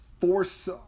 force